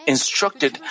Instructed